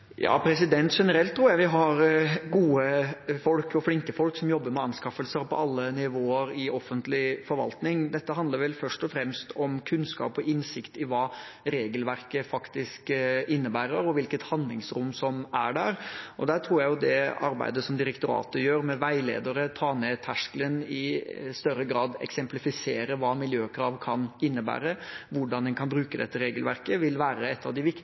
Ja, generelt tror jeg vi har gode og flinke folk som jobber med anskaffelser på alle nivåer i offentlig forvaltning. Dette handler vel først og fremst om kunnskap og innsikt i hva regelverket faktisk innebærer, og hvilket handlingsrom som er der. Der tror jeg det arbeidet som direktoratet gjør med veiledere og å ta ned terskelen i større grad, eksemplifisere hva miljøkrav kan innebære, og hvordan en kan bruke dette regelverket, vil være et av de